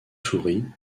souris